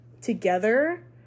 together